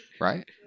Right